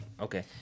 Okay